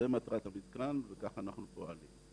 זאת מטרת המתקן וכך אנחנו פועלים.